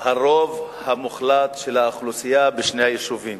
הרוב המוחלט של האוכלוסייה בשני היישובים.